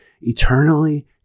eternally